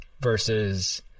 versus